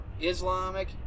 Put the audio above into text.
Islamic